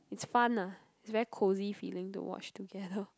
it's fun ah it's very cosy feeling to watch together